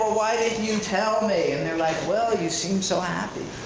why didn't you tell me. and they're like, well, you seemed so happy.